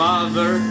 Father